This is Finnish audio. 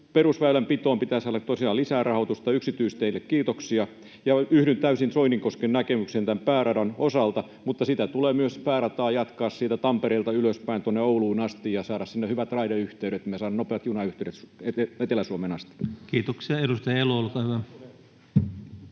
Perusväylänpitoon pitää saada tosiaan lisää rahoitusta. Yksityisteistä kiitoksia. Ja yhdyn täysin Soinikosken näkemyksen pääradan osalta, mutta sitä päärataa tulee myös jatkaa siitä Tampereelta ylöspäin tuonne Ouluun asti ja saada sinne hyvät raideyhteydet, jotta me saadaan nopeat junayhteydet Etelä-Suomeen asti. Kiitoksia. — Edustaja Elo, olkaa hyvä.